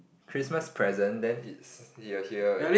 Christmas present then it's you are here